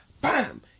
bam